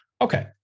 okay